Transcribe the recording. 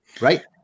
right